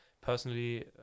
personally